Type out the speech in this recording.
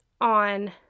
on